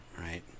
right